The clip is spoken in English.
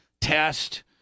Test